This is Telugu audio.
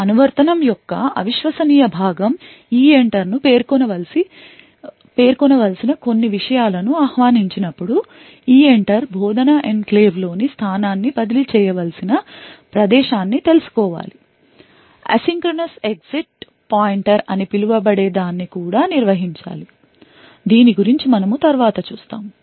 అనువర్తనం యొక్క అవిశ్వసనీయ భాగం EENTER ని పేర్కొనవలసిన కొన్ని విషయాలను ఆహ్వానించినప్పుడు EENTER బోధన ఎన్క్లేవ్లోని స్థానాన్ని బదిలీ చేయవలసిన ప్రదేశాన్ని తెలుసుకోవాలి asynchronous exit పాయింటర్ అని పిలువబడేదాన్ని కూడా నిర్వచించాలి దీని గురించి మనము తర్వాత చూస్తాము